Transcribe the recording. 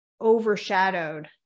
overshadowed